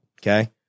Okay